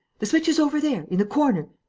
the switch is over there, in the corner.